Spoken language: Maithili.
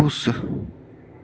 खुश